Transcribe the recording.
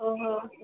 ଓହୋ